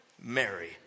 Mary